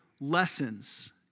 lessons